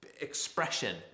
expression